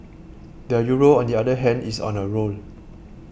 the Euro on the other hand is on a roll